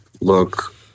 look